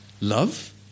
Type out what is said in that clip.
Love